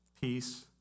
Peace